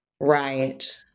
Right